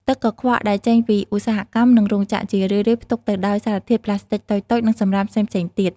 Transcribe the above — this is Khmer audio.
ទឹកកខ្វក់ដែលចេញពីឧស្សាហកម្ម និងរោងចក្រ ជារឿយៗផ្ទុកទៅដោយសារធាតុប្លាស្ទិកតូចៗ និងសំរាមផ្សេងៗទៀត។